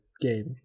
game